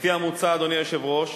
לפי המוצע, אדוני היושב-ראש,